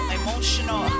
emotional